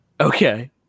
Okay